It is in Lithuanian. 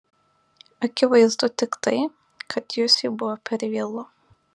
akivaizdu tik tai kad jusiui buvo per vėlu